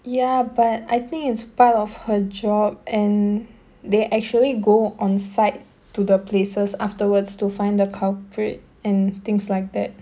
ya but I think it's part of her job and they actually go on site to the places afterwards to find the culprit and things like that